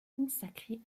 consacré